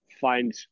find